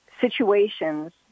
situations